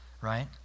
right